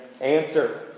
answer